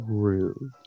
rude